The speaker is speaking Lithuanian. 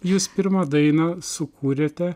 jūs pirmą dainą sukūrėte